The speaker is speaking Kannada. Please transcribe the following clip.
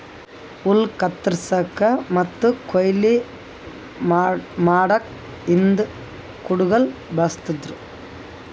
ಹುಲ್ಲ್ ಕತ್ತರಸಕ್ಕ್ ಮತ್ತ್ ಕೊಯ್ಲಿ ಮಾಡಕ್ಕ್ ಹಿಂದ್ ಕುಡ್ಗಿಲ್ ಬಳಸ್ತಿದ್ರು